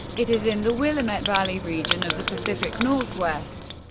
it is in the willamette valley region of the pacific northwest,